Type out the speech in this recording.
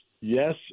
yes